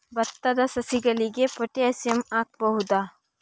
ಭತ್ತದ ಸಸಿಗಳಿಗೆ ಪೊಟ್ಯಾಸಿಯಂ ಹಾಕಬಹುದಾ?